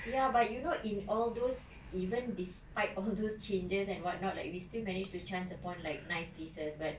ya but you know in all those even despite all those changes and what not like we still managed to chance upon like nice places but